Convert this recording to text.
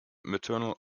maternal